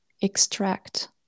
extract